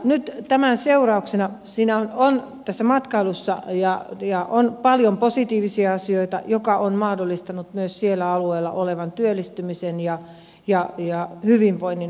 nyt tämän seurauksena tässä matkailussa on paljon positiivisia asioita mikä on mahdollistanut myös sillä alueella olevan työllistymisen ja hyvinvoinnin monellakin tapaa